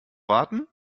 warten